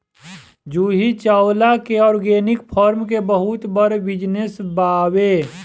जूही चावला के organic farm के बहुते बड़ बिजनस बावे